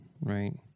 right